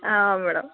ಹಾಂ ಮೇಡಮ್